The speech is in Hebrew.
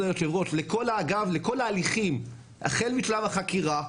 יושבת הראש לכל ההליכים החל משלב החקירה,